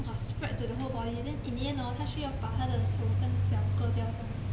!wah! spread to the whole body and then in the end 他需要把他的手跟脚割掉这样